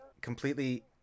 completely